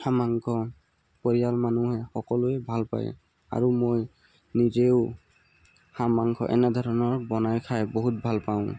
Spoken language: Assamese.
হাঁহ মাংস পৰিয়াল মানুহে সকলোৱে ভাল পায় আৰু মই নিজেও হাঁহ মাংস এনেধৰণৰ বনাই খাই বহুত ভাল পাওঁ